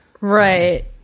Right